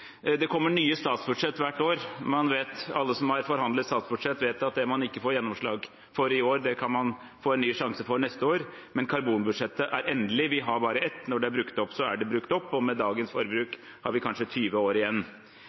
Det kommer nye statsbudsjett hvert år. Alle som har forhandlet statsbudsjett, vet at det man ikke får gjennomslag for i år, kan man få en ny sjanse for neste år. Men karbonbudsjettet er endelig, vi har bare ett. Når det er brukt opp, er det brukt opp, og med dagens forbruk har vi kanskje 20 år igjen.